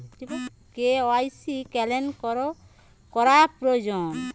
KYC cancel করা প্রয়োজন?